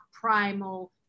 primal